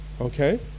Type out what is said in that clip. Okay